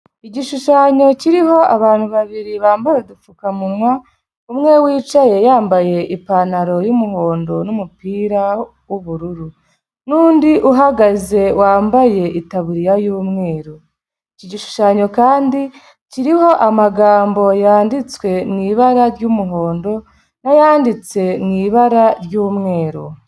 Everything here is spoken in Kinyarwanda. Igishushanyo kiriho abantu babiri bambaye udupfukamunwa, umwe wicaye yambaye ipantaro y'umuhondo n'umupira w'ubururu. N'undi uhagaze wambaye itaburiya y'umweru. Iki gishushanyo kandi, kiriho amagambo yanditswe mu ibara ry'umuhondo, n'ayanditse mu ibara ry'umweru.